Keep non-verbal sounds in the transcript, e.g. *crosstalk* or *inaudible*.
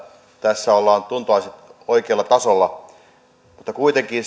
tässä ollaan oikealla tasolla mutta kuitenkin *unintelligible*